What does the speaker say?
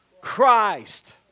Christ